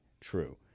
true